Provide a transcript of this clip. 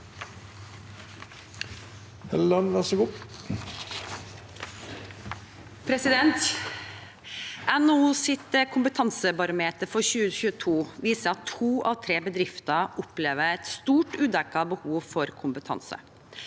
NHOs kompetansebarometer for 2022 viser at to av tre bedrifter opplever et stort udekket behov for kompetanse.